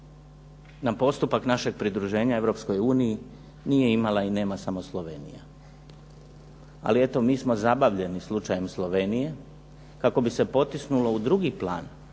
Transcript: nam postupak našeg pridruženja Europskoj uniji nije imala i nema samo Slovenija, ali eto mi smo zabavljeni slučajem Slovenije kako bi se potisnulo u drugi plan